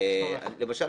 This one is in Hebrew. למשל,